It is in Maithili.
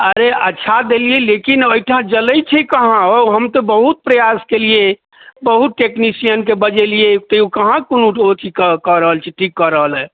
अरे अच्छा देलियै लेकिन अइ ठाँ जले छै कहाँ हो हम तऽ बहुत प्रयास कयलिये बहुत टेक्निशियनके बजेलियै तैयो कहाँ कोनो अथी कऽ कऽ रहल छै ठीक कऽ रहलइए